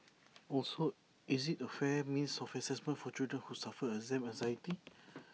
also is IT A fair means of Assessment for children who suffer exam anxiety